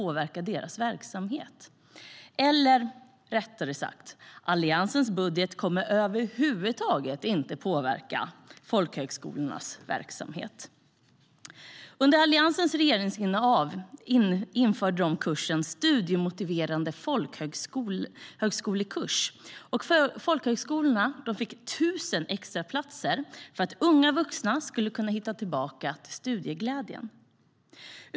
Eller rättare sagt: Alliansens budget kommer över huvud taget inte att påverka folkhögskolornas verksamhet. Under Alliansens regeringsinnehav införde de kursen Studiemotiverande folkhögskolekurs. Folkhögskolorna fick 1 000 extra platser för att unga vuxna skulle kunna hitta tillbaka till studieglädjen.